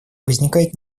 возникает